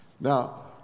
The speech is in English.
Now